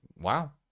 wow